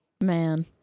man